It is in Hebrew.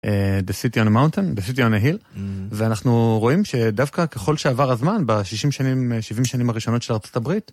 ‏the city on a mountain, the city on a hill, ואנחנו רואים שדווקא ככל שעבר הזמן בשישים שנים, שבעים שנים הראשונות של ארצות הברית.